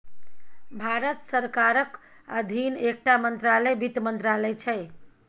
भारत सरकारक अधीन एकटा मंत्रालय बित्त मंत्रालय छै